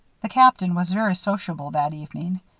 the captain was very sociable that evening.